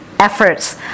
Efforts